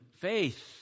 Faith